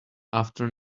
after